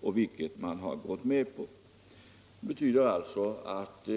Det betyder alltså att